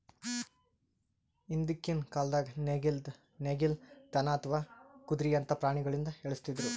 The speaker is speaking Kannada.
ಹಿಂದ್ಕಿನ್ ಕಾಲ್ದಾಗ ನೇಗಿಲ್, ದನಾ ಅಥವಾ ಕುದ್ರಿಯಂತಾ ಪ್ರಾಣಿಗೊಳಿಂದ ಎಳಸ್ತಿದ್ರು